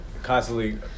constantly